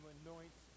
anoint